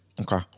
okay